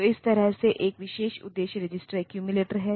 तो इस तरह के एक विशेष उद्देश्य रजिस्टर एक्यूमुलेटर है